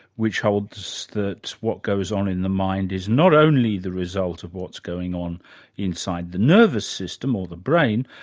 which holds that what goes on in the mind is not only the result of what's going on inside the nervous system or the brain,